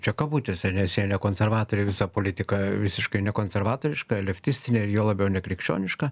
čia kabutėse nes jie ne konservatoriai visa politika visiškai nekonservatoriška leftistinė juo labiau nekrikščioniška